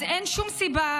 אז אין שום סיבה,